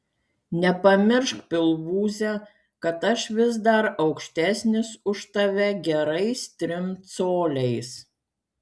nepamiršk pilvūze kad aš vis dar aukštesnis už tave gerais trim coliais